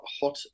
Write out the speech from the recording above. hot